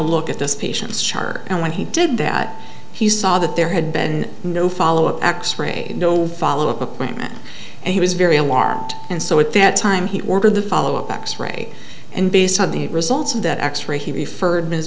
look at this patient's chart and when he did that he saw that there had been no follow up x ray no follow up appointment and he was very alarmed and so at that time he ordered the follow up x ray and beside the results of that x ray he referred ms